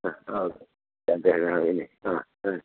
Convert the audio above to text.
ആ ഓക്കെ പിന്നെ അതുപിന്നെ അ അ